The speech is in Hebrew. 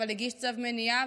אבל הגיש צו מניעה,